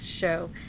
show